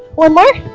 one more